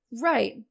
Right